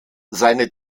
seine